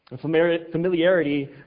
Familiarity